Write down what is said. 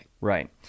Right